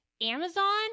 Amazon